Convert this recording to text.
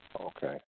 Okay